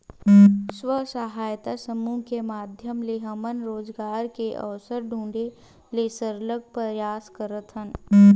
स्व सहायता समूह के माधियम ले हमन रोजगार के अवसर ढूंढे के सरलग परयास करत हन